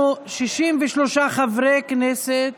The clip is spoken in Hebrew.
63 חברי כנסת